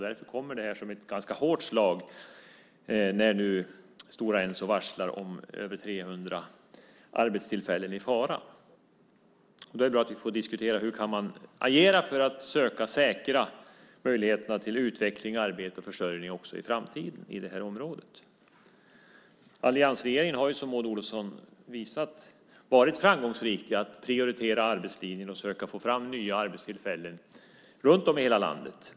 Därför kommer det som ett ganska hårt slag när Stora Enso varslar och över 300 arbetstillfällen är i fara. Då är bra att vi får diskutera hur man kan agera för att söka säkra möjligheterna till utveckling, arbete och försörjning också i framtiden i detta område. Alliansregeringen har, som Maud Olofsson visade, varit framgångsrik i att prioritera arbetslinjen och söka få fram nya arbetstillfällen runt om i hela landet.